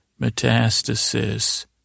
Metastasis